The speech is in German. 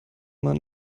man